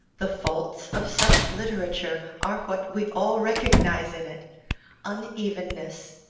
the faults of such literature are what we all recognise in it unevenness,